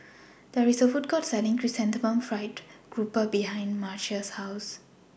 There IS A Food Court Selling Chrysanthemum Fried Grouper behind Marcia's House